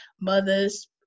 mothers